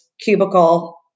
cubicle